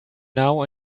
now